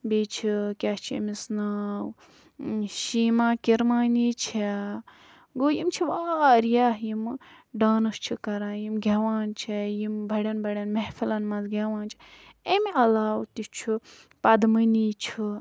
بیٚیہِ چھِ کیٛاہ چھِ أمِس ناو شیٖما کِرمانی چھےٚ گوٚو یِم چھِ واریاہ یِمہٕ ڈانٕس چھِ کَران یِم گٮ۪وان چھےٚ یِم بَڑٮ۪ن بَڑٮ۪ن محفلَن مَنٛز گٮ۪وان چھِ اَمہِ عَلاوٕ تہِ چھُ پدمٔنی چھُ